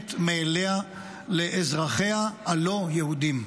המובנת מאליה לאזרחיה הלא-יהודים,